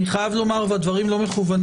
אני חייב לומר שהדברים לא מכוונים